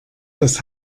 das